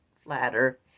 flatter